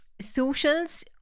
socials